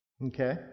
Okay